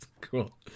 cool